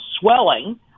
swelling